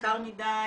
יקר מדי